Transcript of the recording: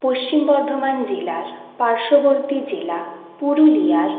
পশ্চিম বর্ধমান জেলার পার্শ্ববর্তী জেলা পুরুলিয়ার